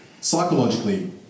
psychologically